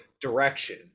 direction